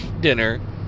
dinner